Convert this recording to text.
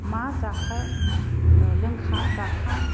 मा जाखा लोंखा जाखा